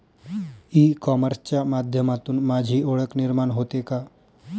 E कॉमर्सच्या माध्यमातून माझी ओळख निर्माण होते का?